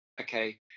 okay